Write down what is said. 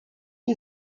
you